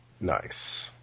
Nice